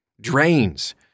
Drains